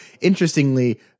interestingly